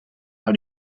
how